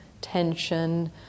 tension